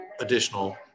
additional